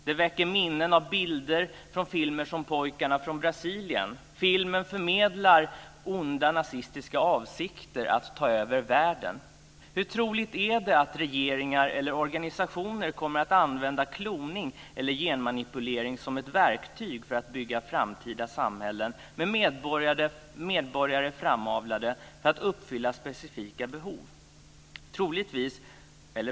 De väcker minnen av bilder från filmer som Pojkarna från Brasilien. Filmen förmedlar onda nazistiska avsikter att ta över världen. Hur troligt är det att regeringar eller organisationer kommer att använda kloning eller genmanipulering som ett verktyg för att bygga framtida samhällen med medborgare framavlade för att uppfylla specifika behov?